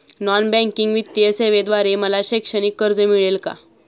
Non banking वित्तीय सेवेद्वारे मला शैक्षणिक कर्ज मिळेल का?